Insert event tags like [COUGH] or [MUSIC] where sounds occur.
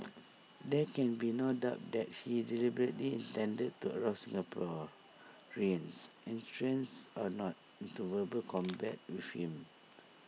[NOISE] there can be no doubt that he deliberately intended to arouse Singaporeans and [UNINTELLIGIBLE] or not into verbal combat with him